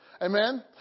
Amen